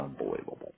unbelievable